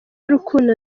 y’urukundo